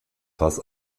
fass